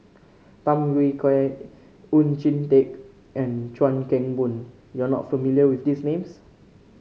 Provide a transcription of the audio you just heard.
Tham Yui Kai Oon Jin Teik and Chuan Keng Boon you are not familiar with these names